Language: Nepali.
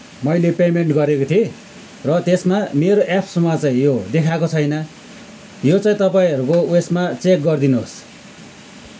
मैले पेमेन्ट गरेको थिएँ र त्यसमा मेरो एप्समा चाहिँ यो देखाएको छैन यो चाहिँ तपाईँहरूको उएसमा चेक गरिदिनुहोस्